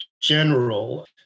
general